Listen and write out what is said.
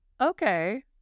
Okay